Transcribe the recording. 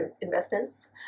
investments